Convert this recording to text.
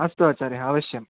अस्तु आचार्याः अवश्यं